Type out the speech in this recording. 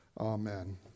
Amen